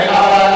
מאה אחוז.